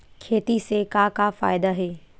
खेती से का का फ़ायदा हे?